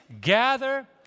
Gather